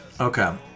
Okay